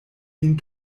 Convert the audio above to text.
vin